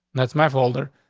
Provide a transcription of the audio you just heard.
that's my folder.